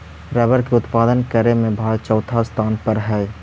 rubber के उत्पादन करे में भारत चौथा स्थान पर हई